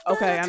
Okay